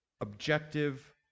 objective